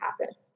happen